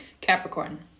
Capricorn